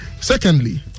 secondly